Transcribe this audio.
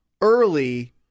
early